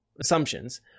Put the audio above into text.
assumptions